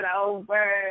over